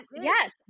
Yes